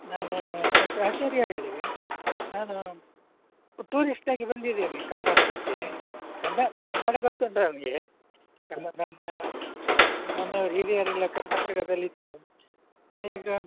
ನಾನು ಮಿಸ್ಟರ್ ಆಚಾರ್ಯ ಹೇಳಿ ನಾನು ಟೂರಿಸ್ಟ್ ಆಗಿ ಬಂದಿದ್ದೀನಿ ಕರ್ನಾಟಕಕ್ಕೆ ಕಂದ ಕನ್ನಡ ಗೋತ್ತುಂಟು ನನಗೆ ಕನ್ನಡ ಅಂದರೆ ನನ್ನ ಮನೆ ಹಿರಿಯರೆಲ್ಲ ಕರ್ನಾಟಕದಲ್ಲಿ ಇದರು ಈಗ